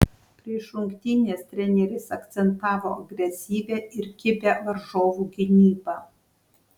prieš rungtynes treneris akcentavo agresyvią ir kibią varžovų gynybą